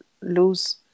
lose